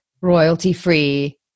royalty-free